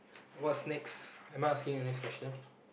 what's next am I asking you the next question